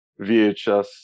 vhs